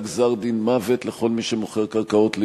גזר-דין מוות לכל מי שמוכר קרקעות ליהודים.